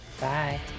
Bye